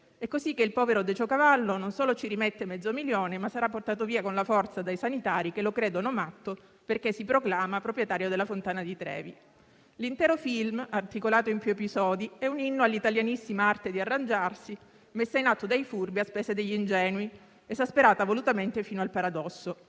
È così che il povero Decio Cavallo non solo ci rimette mezzo milione, ma sarà portato via con la forza dai sanitari che lo credono matto, perché si proclama proprietario della Fontana di Trevi. L'intero film, articolato in più episodi, è un inno all'italianissima arte di arrangiarsi, messa in atto dai furbi a spese degli ingenui, esasperata volutamente fino al paradosso.